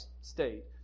state